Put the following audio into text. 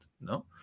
No